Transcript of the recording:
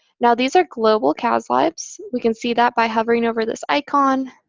now, these are global cas libs. we can see that by hovering over this icon.